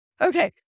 Okay